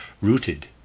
rooted